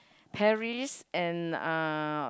Paris and uh